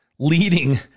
Leading